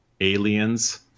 Aliens